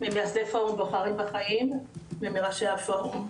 ממייסדי פורום בוחרים בחיים ומראשי הפורום,